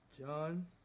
John